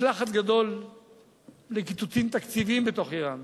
יש לחץ גדול לקיצוצים תקציביים בתוך אירן.